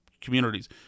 communities